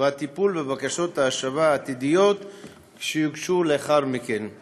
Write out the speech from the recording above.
והטיפול בבקשות השבה עתידיות שיוגשו לאחר מכן.